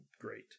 great